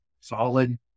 solid